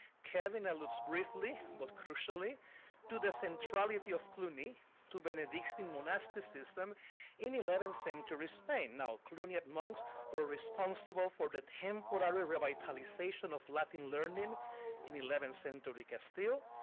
kevin alludes briefly but crucially to the centrality of cluny to benedictine monasticism in eleventh century spain. now cluniac monks were responsible for the temporary revitalization of latin learning in eleventh century castile,